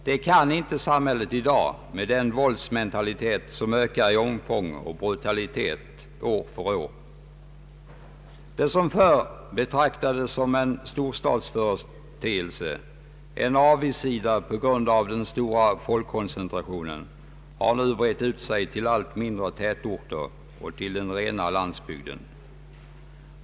Detta kan inte samhället i dag med den våldsmentalitet som år för år ökar i omfång och brutalitet. Det som förr betraktades som en storstadsföreteelse — en avigsida på grund av den stora folkkoncentrationen — har nu brett ut sig till mindre tätorter och till den rena landsbygden.